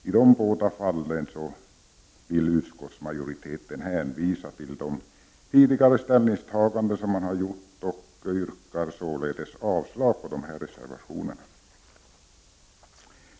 I de båda fallen hänvisar utskottets majoritet till de tidigare ställningstagandena, och jag yrkar således avslag på reservationerna.